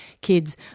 Kids